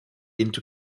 into